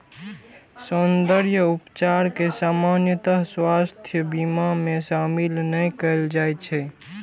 सौंद्रर्य उपचार कें सामान्यतः स्वास्थ्य बीमा मे शामिल नै कैल जाइ छै